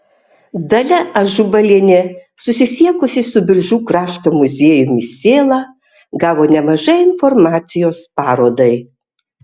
dalia ažubalienė susisiekusi su biržų krašto muziejumi sėla gavo nemažai informacijos parodai